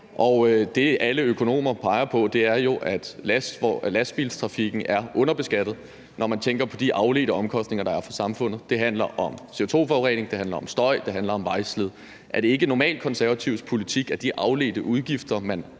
Og det, alle økonomer peger på, er jo, at lastbiltrafikken er underbeskattet, når man tænker på de afledte omkostninger, der er for samfundet. Det handler om CO2-forurening, det handler om støj, og det handler om vejslid. Er det ikke normalt Konservatives politik, at de afledte udgifter, man